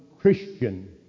Christian